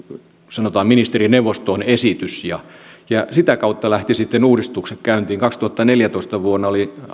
sanotaan ministerineuvostoon esitys ja ja sitä kautta lähtivät sitten uudistukset käyntiin vuonna kaksituhattaneljätoista oli